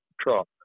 truck